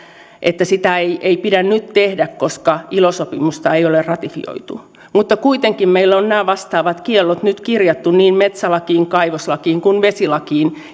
että sitä ei ei pidä nyt tehdä koska ilo sopimusta ei ole ratifioitu mutta kuitenkin meillä on nämä vastaavat kiellot nyt kirjattu niin metsälakiin kaivoslakiin kuin vesilakiin